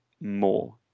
more